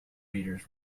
readers